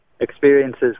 experiences